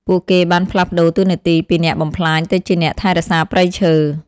ពួកគេបានផ្លាស់ប្តូរតួនាទីពីអ្នកបំផ្លាញទៅជាអ្នកថែរក្សាព្រៃឈើ។